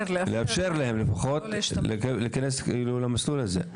לאפשר להם להיכנס למסלול הזה.